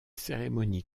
cérémonie